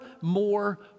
more